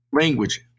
language